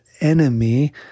enemy